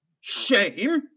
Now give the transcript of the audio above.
Shame